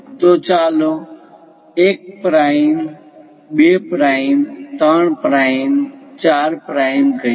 તો ચાલો 1 prime 2 prime 3 prime 4 prime કહીએ